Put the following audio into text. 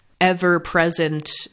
ever-present